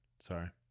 sorry